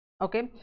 okay